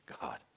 God